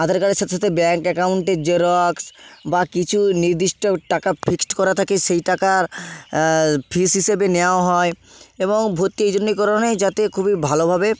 আধার কার্ডের সাথে সাথে ব্যাঙ্ক অ্যাকাউন্টের জেরক্স বা কিছু নির্দিষ্ট টাকা ফিক্সড করা থাকে সেই টাকার ফিজ হিসেবে নেওয়াও হয় এবং ভর্তি এই জন্যেই করানো হয় যাতে খুবই ভালোভাবে